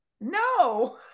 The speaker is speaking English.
No